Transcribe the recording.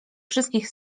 wszystkich